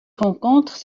rencontres